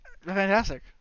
fantastic